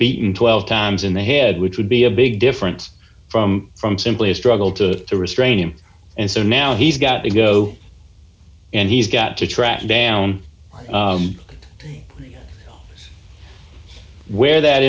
beaten twelve times in the head which would be a big difference from from simply a struggle to restrain him and so now he's got to go and he's got to track down where that